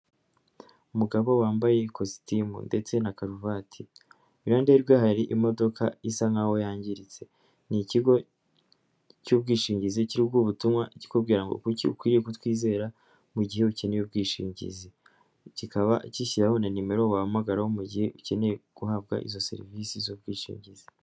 Umugabo wambaye ikositimu ndetse na karuvati, ihande rwe hari imodoka isa nk'aho yangiritse, ni ikigo cy'ubwishingizi kiri kuguha ubutumwa kubwira ngo:'' Kuki ukwiriye kutwizera mu gihe ukeneye ubwishingizi?'' Kikaba gishyiraho na nimero wahamagaraho mu gihe ukeneye guhabwa izo serivisi z'ubwishingizi.